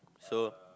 so